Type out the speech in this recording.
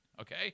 Okay